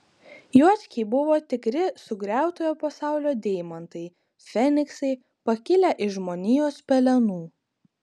juočkiai buvo tikri sugriautojo pasaulio deimantai feniksai pakilę iš žmonijos pelenų